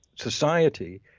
society